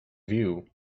view